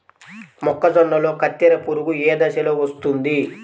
మొక్కజొన్నలో కత్తెర పురుగు ఏ దశలో వస్తుంది?